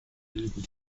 bilden